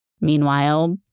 Meanwhile